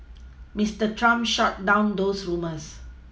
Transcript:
Mister Trump shot down those rumours